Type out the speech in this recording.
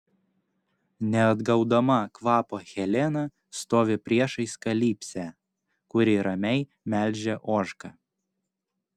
neatgaudama kvapo helena stovi priešais kalipsę kuri ramiai melžia ožką